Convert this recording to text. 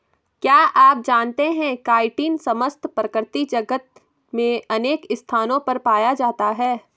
क्या आप जानते है काइटिन समस्त प्रकृति जगत में अनेक स्थानों पर पाया जाता है?